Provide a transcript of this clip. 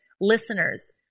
listeners